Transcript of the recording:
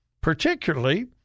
particularly